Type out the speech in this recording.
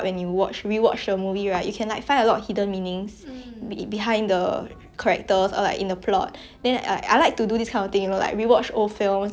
then I like to do this kind of thing you know like rewatch old films then you are like oh actually last time I didn't see this I didn't like think that something happened because of this